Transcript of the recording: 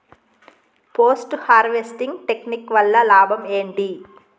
Post harvesting technique వల్ల లాభం ఏంటి?